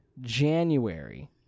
January